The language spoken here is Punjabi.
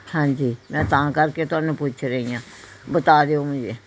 ਹਾਂਜੀ ਮੈਂ ਤਾਂ ਕਰਕੇ ਤੁਹਾਨੂੰ ਪੁੱਛ ਰਹੀ ਹਾਂ ਬਤਾ ਦਿਓ ਮੁਝੇ